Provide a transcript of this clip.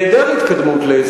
דיור בר-השגה מוגדר,